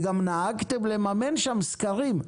וגם נהגתם לממן שם סקרים.